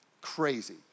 crazy